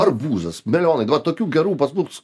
arbūzas melionai va tokių gerų pas mus